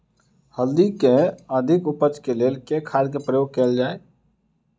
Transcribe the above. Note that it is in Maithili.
हल्दी केँ अधिक उपज केँ लेल केँ खाद केँ प्रयोग कैल जाय?